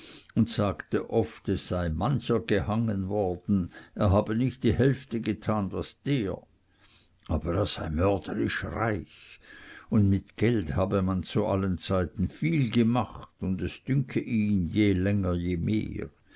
und sagte oft es sei mancher gehangen worden er habe nicht die hälfte getan was der aber er sei mörderlich reich und mit geld habe man zu allen zeiten viel gemacht und es dünke ihn je länger je mehr